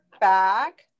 back